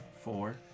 Four